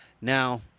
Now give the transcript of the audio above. Now